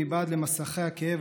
מבעד למסכי הכאב,